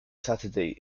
saturday